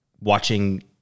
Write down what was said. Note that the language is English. watching